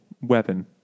weapon